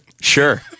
sure